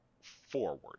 forward